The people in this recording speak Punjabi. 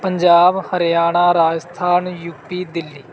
ਪੰਜਾਬ ਹਰਿਆਣਾ ਰਾਜਸਥਾਨ ਯੂਪੀ ਦਿੱਲੀ